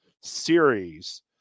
series